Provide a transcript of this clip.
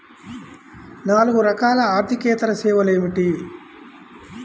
నాలుగు రకాల ఆర్థికేతర సేవలు ఏమిటీ?